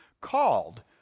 called